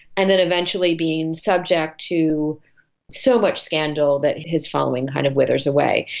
and then eventually being subject to so much scandal that his following kind of withers away.